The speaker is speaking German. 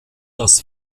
das